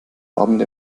abend